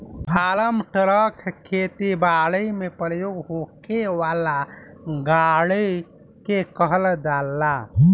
form truck खेती बारी में प्रयोग होखे वाला गाड़ी के कहल जाला